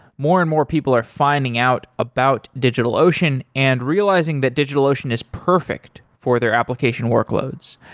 more and more people are finding out about digitalocean and realizing that digitalocean is perfect for their application workloads.